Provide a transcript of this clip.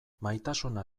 maitasuna